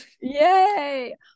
Yay